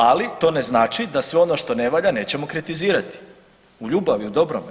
Ali to ne znači da sve ono što ne valja nećemo kritizirati u ljubavi, u dobrome.